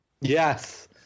Yes